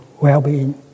well-being